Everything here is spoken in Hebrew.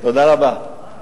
תודה רבה.